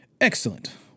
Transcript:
Excellent